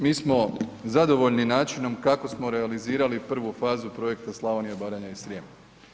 Mi smo zadovoljni načinom kako smo realizirali prvu fazu projekta „Slavonija, Baranja i Srijem“